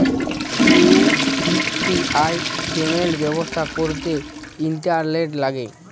UPI payment ব্যবস্থা ক্যরতে internet ল্যাগে